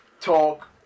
talk